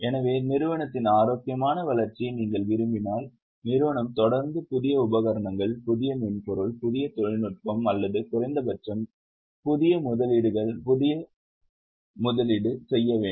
எனவே நிறுவனத்தின் ஆரோக்கியமான வளர்ச்சியை நீங்கள் விரும்பினால் நிறுவனம் தொடர்ந்து புதிய உபகரணங்கள் புதிய மென்பொருள் புதிய தொழில்நுட்பம் அல்லது குறைந்தபட்சம் புதிய முதலீடுகளில் முதலீடு செய்ய வேண்டும்